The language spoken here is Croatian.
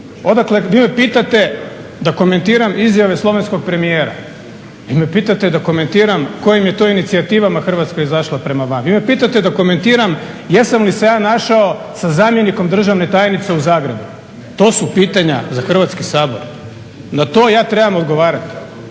odakle? Vi me pitate da komentiram izjave Slovenskog premijera, vi me pitate da komentiram kojim je to inicijativama Hrvatska izašla prema van, vi me pitate da komentiram jesam li se ja našao sa zamjenikom državne tajnice u Zagrebu? To su pitanja za Hrvatski sabor? Na to ja trebam odgovarati,